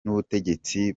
n’ubutegetsi